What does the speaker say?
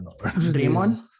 Draymond